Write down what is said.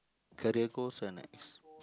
career goals and as~